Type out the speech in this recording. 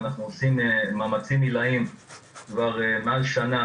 אנחנו עושים מאמצים עילאיים כבר מעל שנה